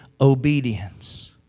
obedience